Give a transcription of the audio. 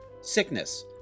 sickness